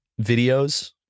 videos